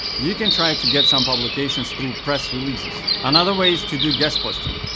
you can try to get some publications through press releases. another way is to do guest posting,